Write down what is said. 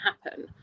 happen